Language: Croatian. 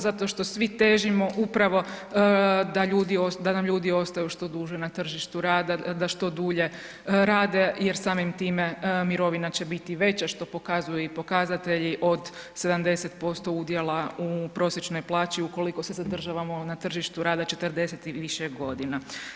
Zato što svi težimo upravo da ljudi, da nam ljudi ostaju što duže na tržištu rada, da što dulje rade jer samim time, mirovina će biti veća, što pokazuju i pokazatelji od 70% udjela u prosječnoj plaću, ukoliko se zadržavamo na tržištu rada 40 i više godina.